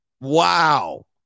Wow